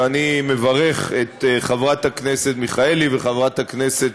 ואני מברך את חברת הכנסת מיכאלי וחברת הכנסת